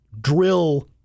drill